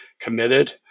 committed